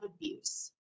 abuse